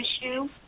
issue